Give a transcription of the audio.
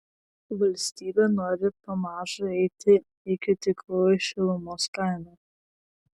valstybė nori pamažu eiti iki tikrųjų šilumos kainų